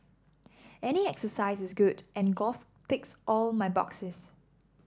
any exercise is good and golf ticks all my boxes